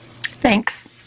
Thanks